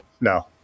No